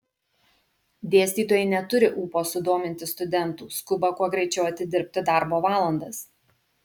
dėstytojai neturi ūpo sudominti studentų skuba kuo greičiau atidirbti darbo valandas